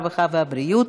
הרווחה והבריאות.